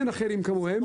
אין אחרים כמוהם,